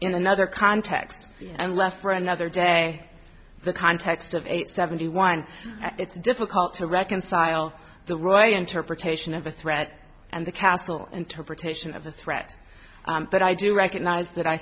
in another context and left for another day the context of eight seventy one it's difficult to reconcile the right interpretation of a threat and the castle interpretation of the threat but i do recognize that i